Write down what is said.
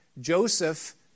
Joseph